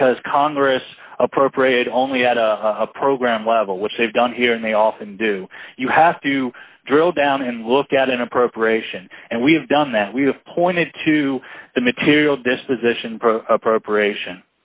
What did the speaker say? because congress appropriated only at a program level which they've done here and they often do you have to drill down and look at an appropriation and we have done that we have pointed to the material disposition for appropriation